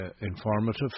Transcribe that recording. informative